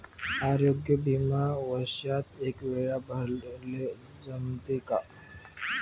आरोग्य बिमा वर्षात एकवेळा भराले जमते का?